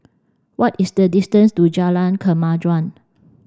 what is the distance to Jalan Kemajuan